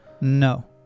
no